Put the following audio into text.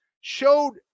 showed